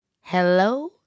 Hello